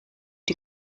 die